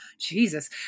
Jesus